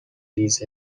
ریز